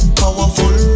powerful